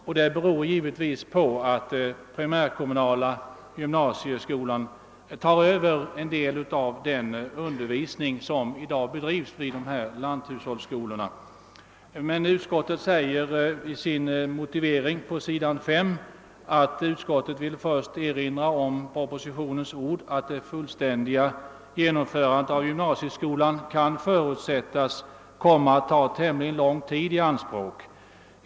Det beror i så fall givetvis på att den primärkommunala gymnasieskolan tar över en del av den undervisning som i dag bedrives vid lanthushållsskolorna. Utskottet skriver på s. 5 följande: »Utskottet vill först erinra om propositionens ord att det fullständiga genomförandet av gymnasieskolan kan förutsättas komma att ta tämligen lång tid i anspråk.